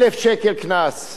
1,000 שקל קנס,